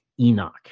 Enoch